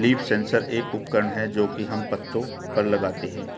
leaf sensor एक उपकरण है जो की हम पत्तो पर लगाते है